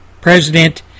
President